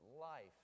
life